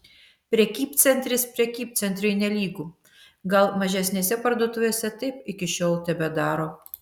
prekybcentris prekybcentriui nelygu gal mažesnėse parduotuvėse taip iki šiol tebedaro